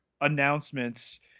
announcements